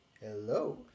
Hello